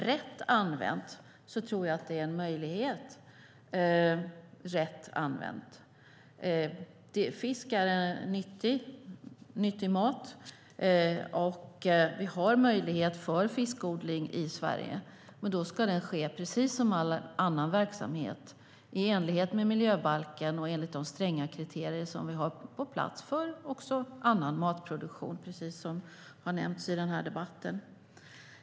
Rätt använt tror jag att det är en möjlighet - rätt använt. Fisk är nyttig mat, och vi har möjlighet för fiskodling i Sverige. Men då ska den ske precis som all annan verksamhet i enlighet med miljöbalken och enligt de stränga kriterier som vi har på plats för även annan matproduktion, som har nämnts i debatten.